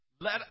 let